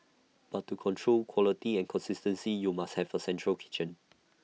but to control quality and consistency you must have A central kitchen